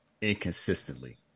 inconsistently